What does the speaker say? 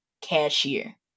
cashier